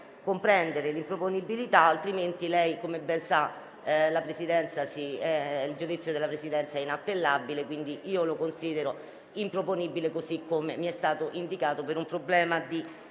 comprenderne l'improponibilità; altrimenti, come ben sa, essendo il giudizio della Presidenza inappellabile, considero l'emendamento improponibile, così come mi è stato indicato (per un problema di